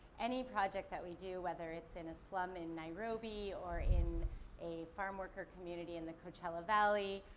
any project that we do, whether it's in a slum in narobi or in a farm worker community in the coachella valley,